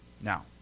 Now